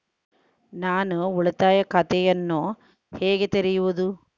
ನಾನು ಉಳಿತಾಯ ಖಾತೆಯನ್ನು ಹೇಗೆ ತೆರೆಯುವುದು?